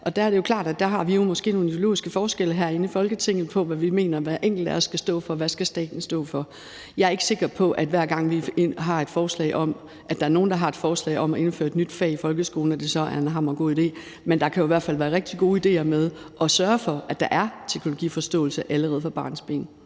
Der er det jo klart, at vi måske har nogle ideologiske forskelle herinde i Folketinget, i forhold til hvad vi mener hver enkelt af os skal stå for, og hvad staten skal stå for. Jeg er ikke sikker på, at det, hver gang der er nogen, der har et forslag om at indføre et nyt fag i folkeskolen, så er en hammergod idé. Men der kan jo i hvert fald være rigtig gode idéer i at sørge for, at der kommer teknologiforståelse allerede fra barnsben.